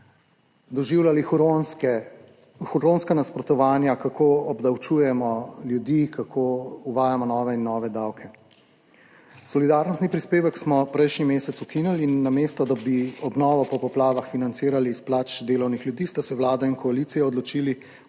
doživljali huronska nasprotovanja, kako obdavčujemo ljudi, kako uvajamo nove in nove davke. Solidarnostni prispevek smo prejšnji mesec ukinili in namesto, da bi obnovo po poplavah financirali iz plač delovnih ljudi, sta se vlada in koalicija odločili